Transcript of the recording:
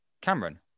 Cameron